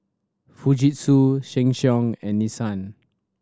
Fujitsu Sheng Siong and Nissan